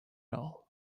all